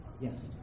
Yes